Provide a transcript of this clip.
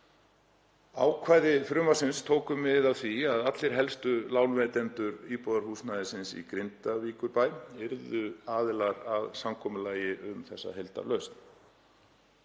Ákvæði frumvarpsins tóku mið af því að allir helstu lánveitendur íbúðarhúsnæðisins í Grindavíkurbæ yrðu aðilar að samkomulagi um þessa heildarlausn.